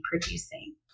producing